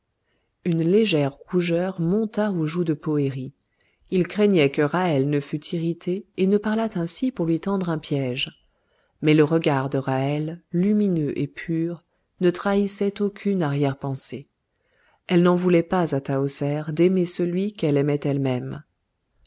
une légère rougeur monta aux joues de poëri il craignait que ra'hel ne fût irritée et ne parlât ainsi pour lui tendre un piège mais le regard de ra'hel lumineux et pur ne trahissait aucune arrière-pensée elle n'en voulait pas à tahoser d'aimer celui qu'elle aimait elle-même